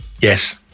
Yes